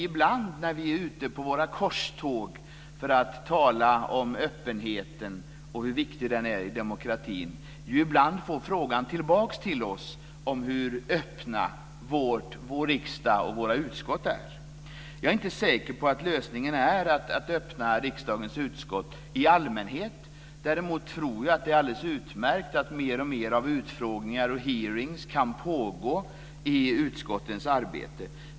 Ibland när vi är ute på våra korståg för att tala om öppenheten och hur viktig den är i demokratin får vi frågan tillbaka till oss om hur öppen vår riksdag och våra utskott är. Jag är inte säker på att lösningen är att öppna riksdagens utskott i allmänhet. Däremot tror jag att det är alldeles utmärkt att mer och mer av utfrågningar och hearingar kan pågå i utskottens arbete.